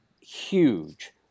huge